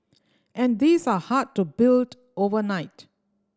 and these are hard to build overnight